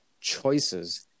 choices